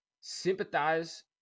sympathize